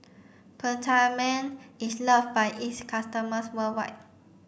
Peptamen is loved by its customers worldwide